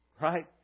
Right